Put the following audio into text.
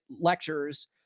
lectures